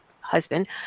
husband